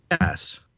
yes